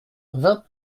vingt